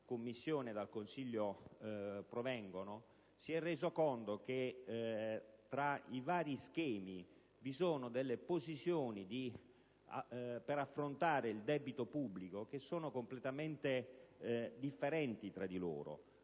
dal Consiglio si è reso conto che tra i vari schemi vi sono posizioni per affrontare il debito pubblico completamente differenti tra loro.